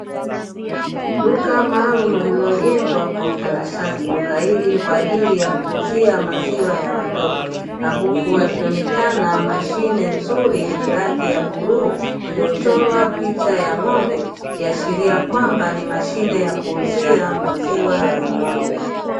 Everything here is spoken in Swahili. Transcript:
Duka maalumu lililojengwa kwa utanashati duka hili ni kwa ajili ya kuuzia maziwa ya watoto na huku wakionekana mashine nzuri yenye rangi ya bluu, iliyochorwa picha ya ng'ombe ikiashiria kwamba ni mashine ya kuuza maziwa ya ng'ombe.